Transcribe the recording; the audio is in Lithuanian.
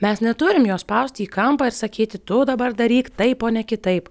mes neturim jo spausti į kampą ir sakyti tu dabar daryk taip o ne kitaip